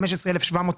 אנחנו לא